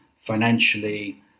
financially